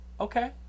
Okay